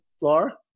Laura